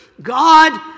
God